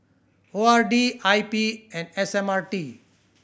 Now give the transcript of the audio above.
O R D I P and S M R T